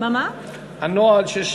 הנוהל,